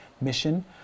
Mission